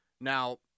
now